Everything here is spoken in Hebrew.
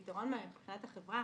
כעיקרון, מבחינת החברה